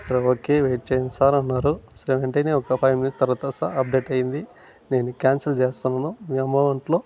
so okay wait చెయ్యండి sir అన్నారు sir అంటే నేను ఒక ఫైవ్ మినిట్స్ తర్వాత సర్ అప్డేట్ అయింది దీనిని కాన్సెల్ చేస్తున్నాను మీ అమౌంటులో